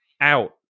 out